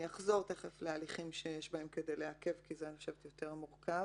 אני אחזור להליכים שיש בהם כדי לעכב כי זה יותר מורכב